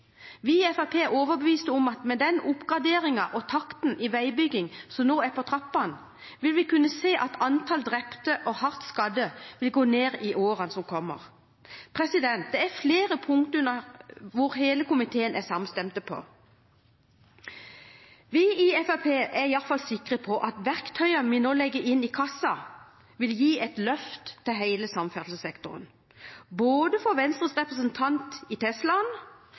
i Fremskrittspartiet er overbevist om at med den oppgraderingen og takten i veibygging som nå er på trappene, vil vi kunne se at antall drepte og hardt skadde vil gå ned i årene som kommer. Det er flere punkt hvor hele komiteen er samstemt. Vi i Fremskrittspartiet er iallfall sikre på at verktøyene vi nå legger inn i kassen, vil gi et løft til hele samferdselssektoren – både for Venstres representant i